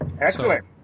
Excellent